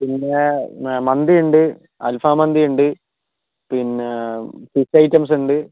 പിന്നെ മന്തി ഉണ്ട് അൽഫാമന്തി ഉണ്ട് പിന്നെ ഫിഷ് ഐറ്റംസ് ഉണ്ട്